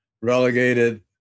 relegated